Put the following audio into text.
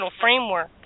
framework